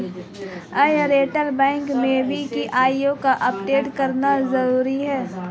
Airtel bank में भी KYC update करना जरूरी है